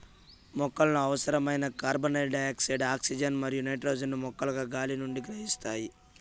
మొక్కలకు అవసరమైన carbon dioxide, oxygen మరియు నైట్రోజన్ ను మొక్కలు గాలి నుండి గ్రహిస్తాయి